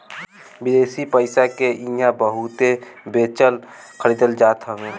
विदेशी पईसा के इहां बहुते बेचल खरीदल जात हवे